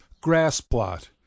grass-plot